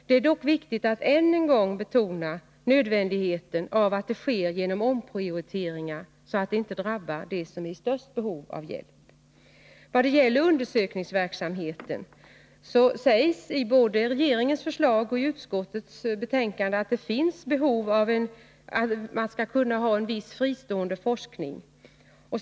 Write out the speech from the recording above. Det är dock viktigt att än en gång betona nödvändigheten av att det sker genom omprioriteringar, så att det inte drabbar dem som har det största behovet av hjälp. Vad gäller undersökningsverksamheten så sägs både i regeringens förslag och i utskottets betänkande att man skall kunna ha en viss fristående forskning.